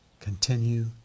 continue